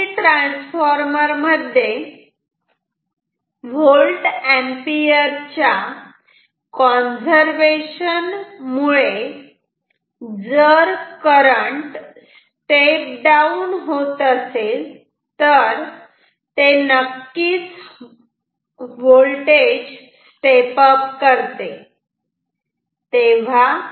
कुठल्याही ट्रान्सफॉर्मर मध्ये volt ampere च्या कॉन्झर्वेशन मुळे जर करंट स्टेप डाउन होत असेल तर ते नक्कीच होल्टेज स्टेप अप करते